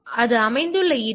எனவே அது அமைந்துள்ள இடம்